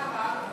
למה?